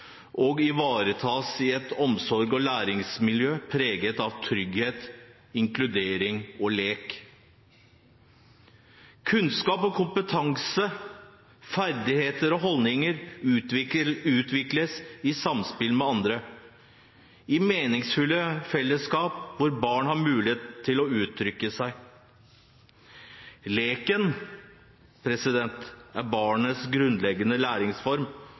og ivaretas i et omsorgs- og læringsmiljø preget av trygghet, inkludering og lek. Kunnskap og kompetanse, ferdigheter og holdninger utvikles i samspill med andre i meningsfulle fellesskap hvor barn har mulighet til å uttrykke seg. Leken er barnets grunnleggende læringsform